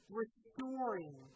restoring